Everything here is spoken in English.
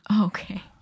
Okay